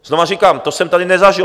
Znova říkám, to jsem tady nezažil.